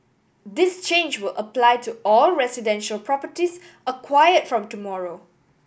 this change will apply to all residential properties acquired from tomorrow